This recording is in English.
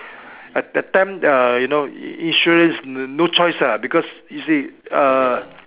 at that time uh you know insurance no choice lah because you see uh